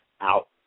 out